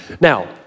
Now